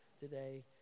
today